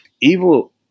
evil